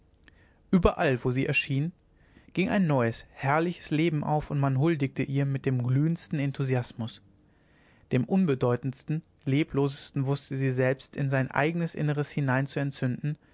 überall wo sie erschien ging ein neues herrliches leben auf und man huldigte ihr mit dem glühendsten enthusiasmus den unbedeutendsten leblosesten wußte sie selbst in sein eignes inneres hinein zu entzünden